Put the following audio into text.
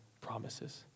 promises